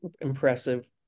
impressive